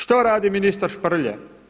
Što radi ministar Šprlje?